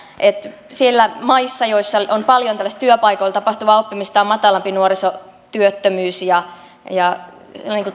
että niissä maissa joissa on paljon tällaista työpaikoilla tapahtuvaa oppimista on matalampi nuorisotyöttömyys ja ja